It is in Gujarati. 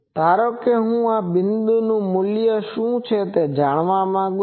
ધારો કે હું આ બિંદુનું મૂલ્ય શું છે તે જાણવા માગું છુ